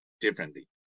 differently